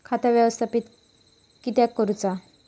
खाता व्यवस्थापित किद्यक करुचा?